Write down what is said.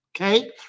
Okay